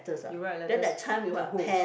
you write letters to who